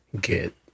get